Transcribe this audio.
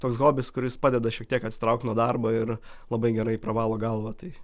toks hobis kuris padeda šiek tiek atsitraukt nuo darbo ir labai gerai pravalo galvą tai